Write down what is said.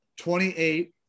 28